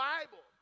Bible